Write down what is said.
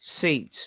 seats